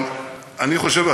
אבל אני חושב,